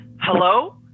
hello